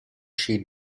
she